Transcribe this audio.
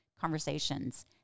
conversations